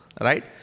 right